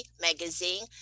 magazine